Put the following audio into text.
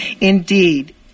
indeed